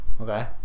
Okay